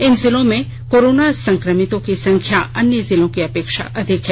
इन जिलों में कोरोना संक्रमितों की संख्या अन्य जिलों की अपेक्षा अधिक है